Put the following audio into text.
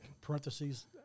parentheses